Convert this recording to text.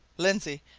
lindsey,